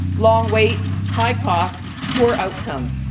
long waits, high costs, poor outcomes.